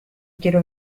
quiero